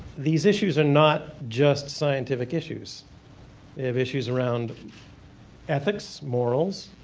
these issues are not just scientific issues we have issues around ethics, morals,